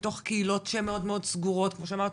מתוך קהילות שהן סגורות כמו שאמרת,